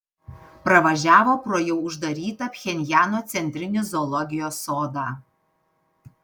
pravažiavo pro jau uždarytą pchenjano centrinį zoologijos sodą